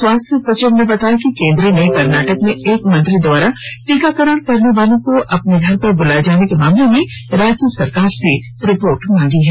स्वास्थ्य सचिव ने बताया कि केंद्र ने कर्नाटक में एक मंत्री द्वारा टीकाकरण करने वालों को अपने घर पर बुलाए जाने के मामले में राज्य सरकार से रिपोर्ट मांगी है